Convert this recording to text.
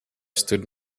stood